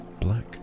black